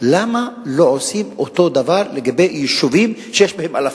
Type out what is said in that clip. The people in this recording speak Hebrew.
למה לא עושים אותו דבר לגבי יישובים שיש בהם אלפים?